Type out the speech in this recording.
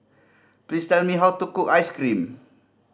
please tell me how to cook ice cream